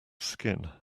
skin